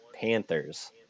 Panthers